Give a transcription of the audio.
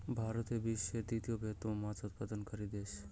ভারত বিশ্বের তৃতীয় বৃহত্তম মাছ উৎপাদনকারী দেশ